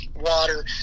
water